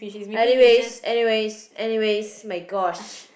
anyways anyways anyways my gosh